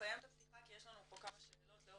תסיים את הפתיחה כי יש לנו פה כמה שאלות לאור